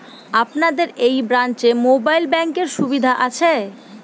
আপনাদের এই ব্রাঞ্চে মোবাইল ব্যাংকের সুবিধে আছে?